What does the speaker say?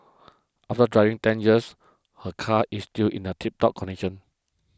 after driving ten years her car is still in a tiptop condition